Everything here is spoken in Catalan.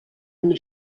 una